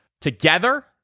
together